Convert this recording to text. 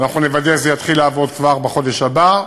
ואנחנו נוודא שזה יתחיל לעבוד כבר בחודש הבא,